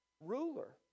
ruler